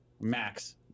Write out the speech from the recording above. Max